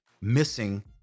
missing